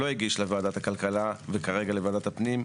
לא הגיש לוועדת הכלכלה וכרגע לוועדת הפנים,